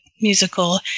musical